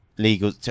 legal